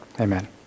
Amen